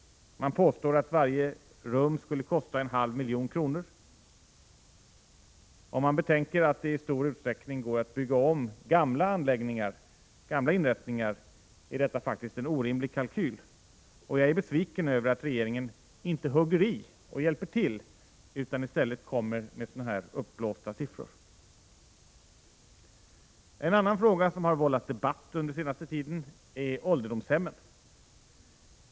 Man påstår att varje rum skulle kosta en halv miljon kronor. Om man betänker att det i stor utsträckning går att bygga om gamla inrättningar, är detta faktiskt en orimlig kalkyl, och jag är besviken över att regeringen inte hugger i och hjälper till utan i stället kommer med sådana här uppblåsta siffror. En annan fråga som har vållat debatt under den senaste tiden gäller ålderdomshemmen.